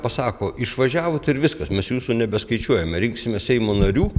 pasako išvažiavot ir viskas mes jūsų nebeskaičiuojame rinksime seimo narių